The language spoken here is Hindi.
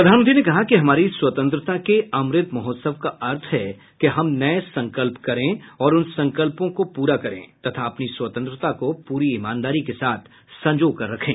प्रधानमंत्री ने कहा कि हमारी स्वतंत्रता के अमृत महोत्सव का अर्थ है कि हम नये संकल्प करें और उन संकल्पों को पूरा करें तथा अपनी स्वतंत्रता को पूरी ईमानदारी के साथ संजोकर रखें